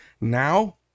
Now